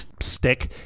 stick